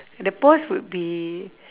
the pose would be